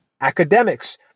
academics